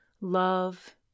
love